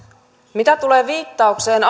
mitä tulee viittaukseen